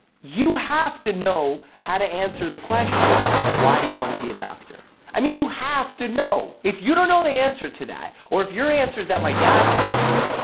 you have to know how to answer the question why do you wanna be a doctor? i mean you have to know. if you don't know the answer to that, or your answer's that my dad's a doctor.